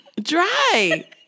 dry